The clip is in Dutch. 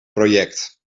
project